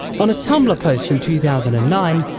on a tumbr post from two thousand and nine,